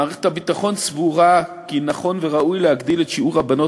מערכת הביטחון סבורה כי נכון וראוי להגדיל את שיעור הבנות